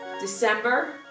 December